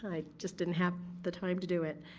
i just didn't have the time to do it.